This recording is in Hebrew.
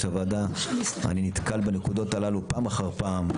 הוועדה אני נתקל בנקודות הללו פעם אחר פעם.